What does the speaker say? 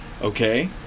okay